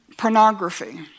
Pornography